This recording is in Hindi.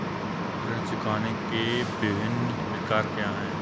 ऋण चुकाने के विभिन्न प्रकार क्या हैं?